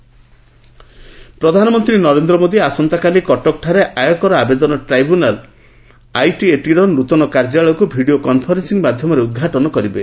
ITAT ପ୍ରଧାନମନ୍ତ୍ରୀ ନରେନ୍ଦ୍ର ମୋଦି ଆସନ୍ତାକାଲି କଟକଠାରେ ଆୟକର ଆବେଦନ ଟ୍ରିବ୍ୟୁନାଲଆଇଟିଏଟିର ନୃତନ କାର୍ଯ୍ୟାଳୟକୁ ଭିଡିଓ କନ୍ଫରେନ୍ନି ମାଧ୍ୟମରେ ଉଦ୍ଘାଟନ କରିବେ